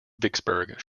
vicksburg